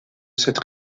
cette